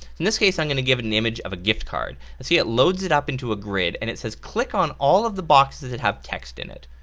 in this case i'm gonna give it an image of a gift card and see it loads it up into a grid, and it says click on all of the boxes that have text in it.